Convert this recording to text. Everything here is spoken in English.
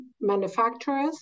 manufacturers